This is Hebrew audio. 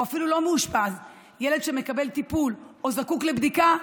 או אפילו לא מאושפז: ילד שמקבל טיפול או זקוק לבדיקה,